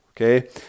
okay